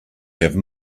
have